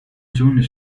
june